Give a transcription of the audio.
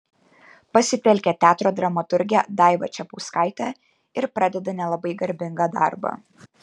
pasitelkia teatro dramaturgę daivą čepauskaitę ir pradeda nelabai garbingą darbą